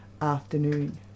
afternoon